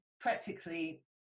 practically